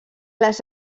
les